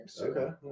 Okay